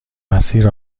مسیر